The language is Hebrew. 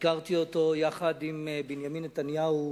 ביקרתי אותו יחד עם בנימין נתניהו,